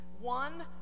one